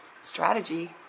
strategy